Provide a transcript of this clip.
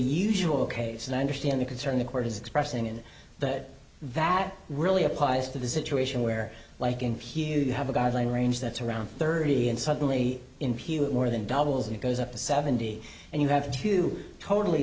usual case and i understand the concern the court is expressing in that that really applies to the situation where like in here you have a guideline range that's around thirty and suddenly impute more than doubles and it goes up to seventy and you have two totally